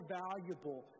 valuable